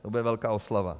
To bude velká oslava.